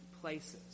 places